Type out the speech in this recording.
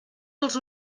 els